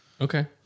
Okay